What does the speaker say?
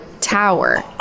tower